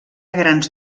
grans